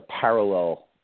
parallel